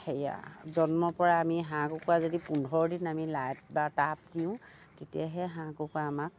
সেয়া জন্মৰ পৰা আমি হাঁহ কুকুৰা যদি পোন্ধৰ দিন আমি লাইট বা তাপ দিওঁ তেতিয়াহে হাঁহ কুকুৰা আমাৰ